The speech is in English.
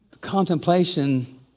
contemplation